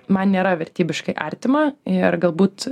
man nėra vertybiškai artima ir galbūt